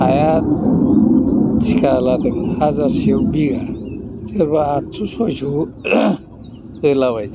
हायाथ' थिखा लादों हाजारसेययाव बिगा सोरबा आतस' सयस' होलाबायदों